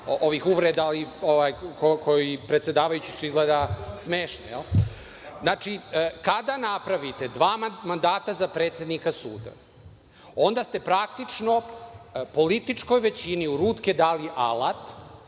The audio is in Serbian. ovih uvreda koje su predsedavajućem smešne. Kada napravite dva mandata za predsednika suda, onda ste praktično političkoj većini u ruke dali alat